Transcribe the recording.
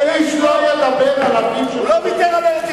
הוא לא ויתר על ארץ-ישראל.